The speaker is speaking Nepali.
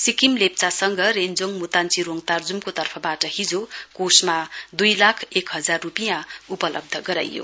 सिक्किम लेप्चा संघ डेञ्जोङ मुताञ्जी रोङ तार्जुमको तर्फबाट हिजो कोषमा दुई लाख एक हजार रूपियाँ उपलब्ध गराइयो